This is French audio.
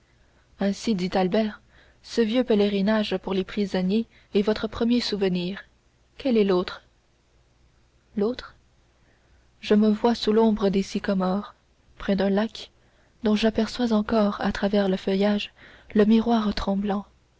ainsi dit albert ce vieux pèlerinage pour les prisonniers est votre premier souvenir quel est l'autre l'autre je me vois sous l'ombre des sycomores près d'un lac dont j'aperçois encore à travers le feuillage le miroir tremblant